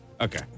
Okay